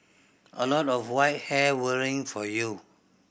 a lot of white hair worrying for you